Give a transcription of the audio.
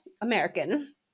American